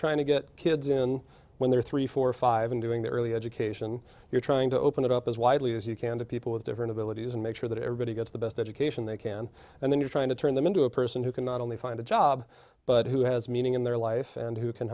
trying to get kids in when they're three four five and doing the early education you're trying to open it up as widely as you can to people with different abilities and make sure that everybody gets the best education they can and then you're trying to turn them into a person who can not only find a job but who has meaning in their life and who can